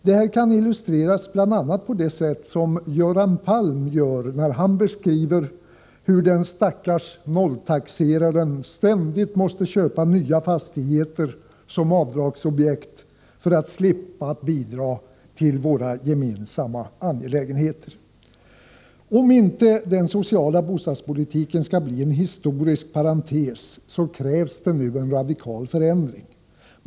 Detta kan illustreras bl.a. på det sätt som Göran Palm gör när han beskriver hur den stackars nolltaxeraren ständigt måste köpa nya fastigheter som avdragsobjekt för att slippa bidra till våra gemensamma angelägenheter. Om inte den sociala bostadspolitiken skall bli en historisk parentes krävs nu en radikal förändring.